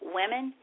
women